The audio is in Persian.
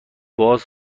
باز